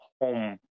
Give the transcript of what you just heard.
home